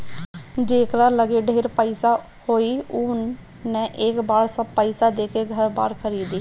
जेकरा लगे ढेर पईसा होई उ न एके बेर सब पईसा देके घर बार खरीदी